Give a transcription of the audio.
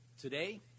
Today